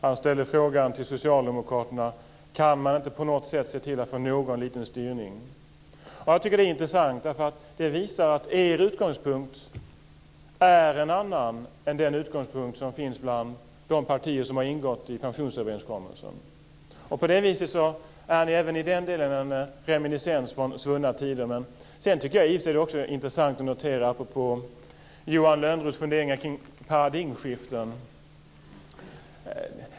Han ställde en fråga till socialdemokraterna: Kan man inte på något sätt se till att få någon liten styrning? Jag tycker att det är intressant, därför att det visar att er utgångspunkt är en annan än den utgångspunkt som finns bland de partier som har ingått i pensionsöverenskommelsen. På det viset är ni även i den delen en reminiscens från svunna tider. Jag tycker att det också är intressant att notera en sak apropå Johan Lönnroths funderingar kring paradigmskiften.